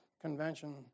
convention